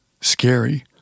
scary